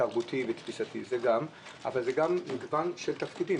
אני רוצה להתמקד בנושא של אנשים עם מוגבלויות.